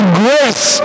grace